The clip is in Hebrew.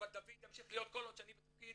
אבל דוד ימשיך להיות כל עוד שאני בתפקיד,